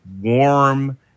warm